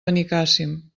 benicàssim